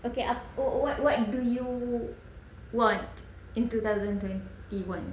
okay ap~ what what do you want in two thousand twenty one